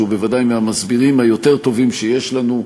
שהוא בוודאי מהמסבירים היותר-טובים שיש לנו,